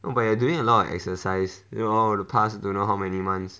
no but you are doing a lot of exercise you know all the past don't know how many months